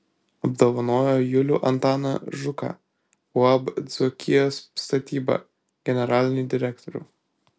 apdovanojo julių antaną žuką uab dzūkijos statyba generalinį direktorių